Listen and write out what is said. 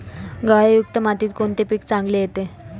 गाळयुक्त मातीत कोणते पीक चांगले येते?